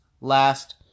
last